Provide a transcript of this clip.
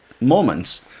moments